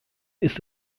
ist